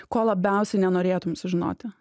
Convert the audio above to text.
ko labiausiai nenorėtum sužinoti